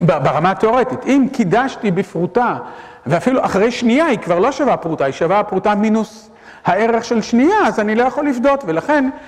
ברמה התאורטית. אם קידשתי בפרוטה ואפילו אחרי שנייה היא כבר לא שווה פרוטה, היא שווה פרוטה מינוס הערך של שנייה, אז אני לא יכול לפדות, ולכן...